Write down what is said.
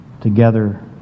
together